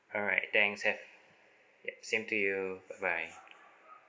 alright thanks that yup same to you bye bye